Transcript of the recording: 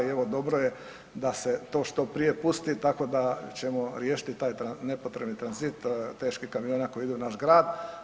I evo dobro je da se to što prije pusti tako da ćemo riješiti taj nepotrebni tranzit teških kamiona koji idu u naš grad.